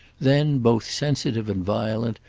then both sensitive and violent,